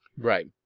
Right